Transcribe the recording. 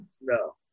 No